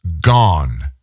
gone